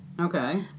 Okay